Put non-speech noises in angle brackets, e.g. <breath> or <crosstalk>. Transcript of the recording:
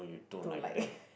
to like <breath>